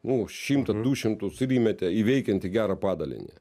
nu šimtą du šimtus ir įmetė į veikiantį gerą padalinį